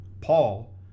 Paul